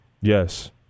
Yes